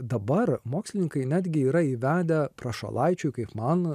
dabar mokslininkai netgi yra įvedę prašalaičiui kaip man